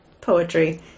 Poetry